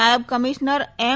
નાયબ કમિશનર એમ